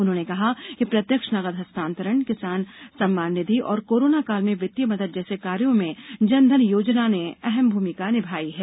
उन्होंने कहा कि प्रत्यक्ष नकद हस्तांतरण किसान सम्मान निधि और कोरोना काल में वित्तीय मदद जैसे कार्यो में जनधन योजनाने अहम भूमिका निभाई है